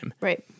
Right